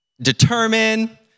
determine